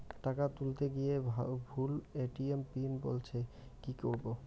টাকা তুলতে গিয়ে ভুল এ.টি.এম পিন বলছে কি করবো?